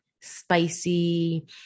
spicy